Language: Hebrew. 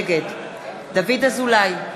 נגד דוד אזולאי,